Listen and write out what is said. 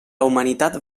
humanitat